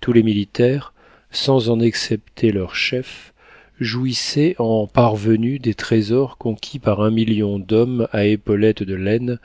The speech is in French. tous les militaires sans en excepter leur chef jouissaient en parvenus des trésors conquis par un million d'hommes à épaulettes de laine